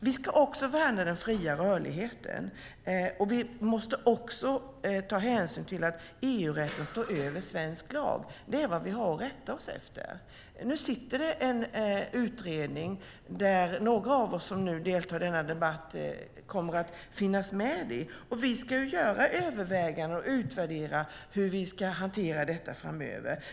Vi ska värna den fria rörligheten, och vi måste också ta hänsyn till att EU-rätten står över svensk lag. Det är vad vi har att rätta oss efter. Nu sitter det en utredning där några av oss som deltar i den här debatten kommer att finnas med. Vi ska göra överväganden och utvärdera hur vi ska hantera detta framöver.